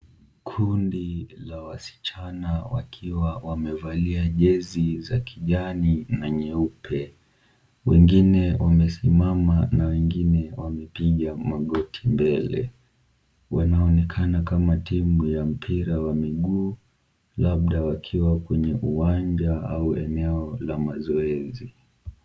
Kundi la wasichana wakiwa wamevalia jezi za kijani na nyeupe, wengine wamesimama na wengine wamepiga magoti mbele. Wanaonekana kama timu ya mpira wa miguu labda wakiwa kwenye uwanja au eneo la mazoezi.